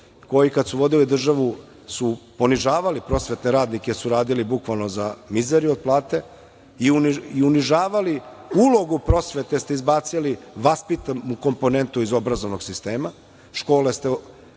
koji kada su vodili državu su ponižavali prosvetne radnike, jer su radili bukvalno za mizeriju od plate i unižavali ulogu prosvete, jer ste izbacili vaspitnu komponentu iz obrazovnog sistema. Škole ste